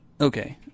Okay